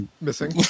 Missing